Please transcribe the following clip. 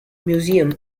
museum